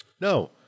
No